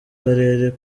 karere